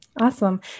Awesome